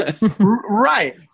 Right